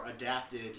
adapted